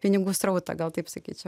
pinigų srautą gal taip sakyčiau